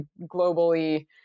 globally